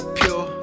pure